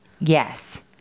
Yes